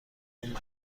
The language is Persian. مبارک